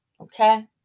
Okay